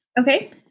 Okay